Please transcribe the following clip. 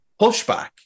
pushback